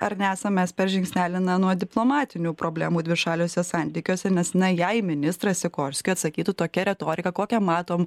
ar neesam mes per žingsnelį na nuo diplomatinių problemų dvišaliuose santykiuose nes na jei ministrą sikorskį atsakytų tokia retorika kokią matom